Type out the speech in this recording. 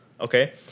okay